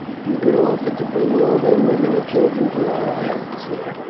you could offer to bring all their women and children to our islands here,